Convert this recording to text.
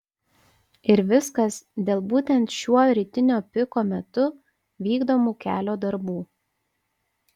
ir viskas dėl būtent šiuo rytinio piko metu vykdomų kelio darbų